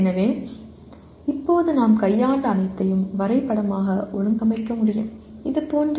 எனவே இப்போது நாம் கையாண்ட அனைத்தையும் வரைபடமாக ஒழுங்கமைக்க முடியும் இது போன்ற